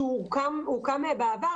שהוקם בעבר,